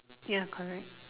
ya correct